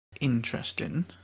interesting